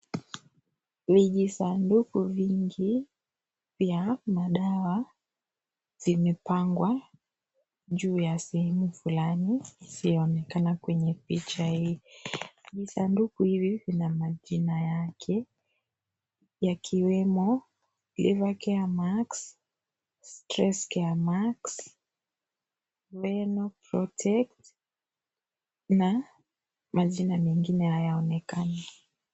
Vijisanduku vingi vya madawa zimepangwa juu ya sehemu fulani, viaonekana kwenye picha hii, viisanduku hivi vina majina yake ikiwemo, (cs)care max, stretcare max, reno protext(cs), na, majina mengine hayaonekani.